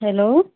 hello